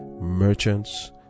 merchants